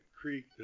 creek